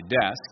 desk